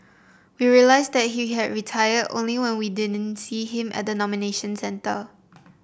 we realised that he had retired only when we didn't see him at the nomination centre